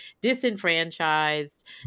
disenfranchised